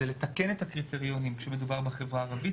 זה לתקן את הקריטריונים כשמדובר בחברה הערבית